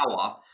power